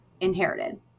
inherited